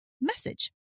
message